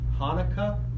Hanukkah